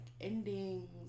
endings